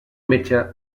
metge